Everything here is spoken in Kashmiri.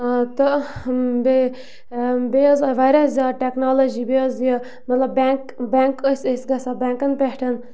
تہٕ بیٚیہِ بیٚیہِ حظ آو واریاہ زیادٕ ٹٮ۪کنالجی بیٚیہِ حظ یہِ مطلب بٮ۪نٛک بٮ۪نٛک ٲسۍ أسۍ گژھان بٮ۪نٛکَن پٮ۪ٹھ